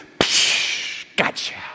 Gotcha